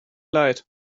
leid